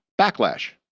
backlash